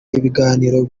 ibiganiro